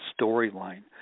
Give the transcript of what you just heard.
storyline